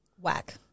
Whack